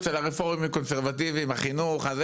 אצל הרפורמים והקונסרבטיבים החינוך וזה